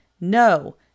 No